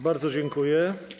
Bardzo dziękuję.